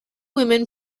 women